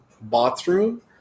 bathroom